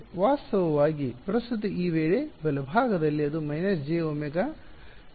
ವಾಸ್ತವವಾಗಿ ಪ್ರಸ್ತುತ ಈ ವೇಳೆ ಬಲಭಾಗದಲ್ಲಿ ಅದು - jωJ ಹೌದು